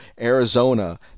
Arizona